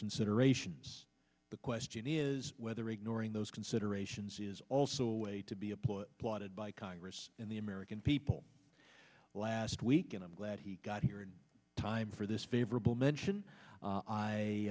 considerations the question is whether ignoring those considerations is also a way to be applauded lauded by congress and the american people last week and i'm glad he got here in time for this favorable mention